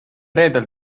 reedel